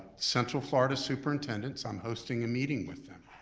central florida superintendents, i'm hosting a meeting with them.